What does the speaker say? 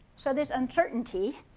so this uncertainty,